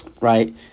Right